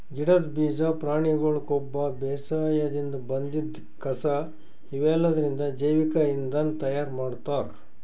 ಗಿಡದ್ ಬೀಜಾ ಪ್ರಾಣಿಗೊಳ್ ಕೊಬ್ಬ ಬೇಸಾಯದಿನ್ದ್ ಬಂದಿದ್ ಕಸಾ ಇವೆಲ್ಲದ್ರಿಂದ್ ಜೈವಿಕ್ ಇಂಧನ್ ತಯಾರ್ ಮಾಡ್ತಾರ್